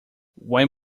when